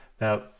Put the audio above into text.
Now